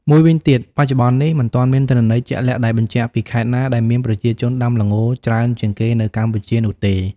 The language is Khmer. មួយវិញទៀត បច្ចុប្បន្ននេះ មិនទាន់មានទិន្នន័យជាក់លាក់ដែលបញ្ជាក់ពីខេត្តណាដែលមានប្រជាជនដាំល្ងច្រើនជាងគេនៅកម្ពុជានោះទេ។